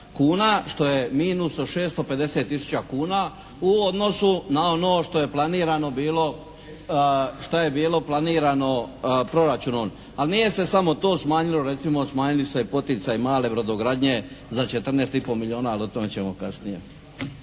što je minus od 650 tisuća kuna u odnosu na ono što je planirano bilo proračunom. Ali nije se samo to smanjilo, recimo smanjili su se poticaji male brodogradnje za 14,5 milijuna ali o tome ćemo kasnije.